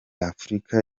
afurika